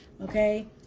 Okay